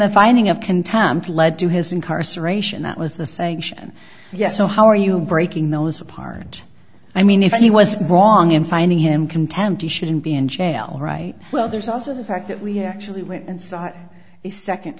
the finding of contempt led to his incarceration that was the saying yes so how are you breaking those apart i mean if he was wrong in finding him contempt he shouldn't be in jail right well there's also the fact that we actually went and saw the second